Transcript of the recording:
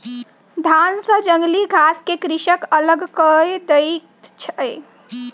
धान सॅ जंगली घास के कृषक अलग कय दैत अछि